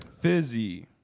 fizzy